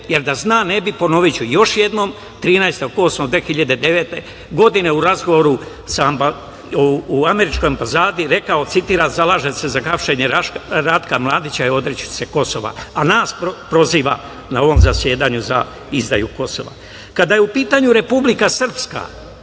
jer da zna ne bi, ponoviću još jednom, 13. 8. 2009. godine u razgovoru u Američkoj ambasadi rekao, citiram: „Zalažem se za hapšenje Ratka Mladića i odreći ću se Kosova“. A nas proziva na ovom zasedanju za izdaju Kosova. Kada je u pitanju Republika Srpska